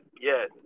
yes